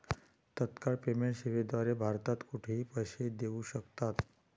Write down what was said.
तत्काळ पेमेंट सेवेद्वारे भारतात कुठेही पैसे देऊ शकतात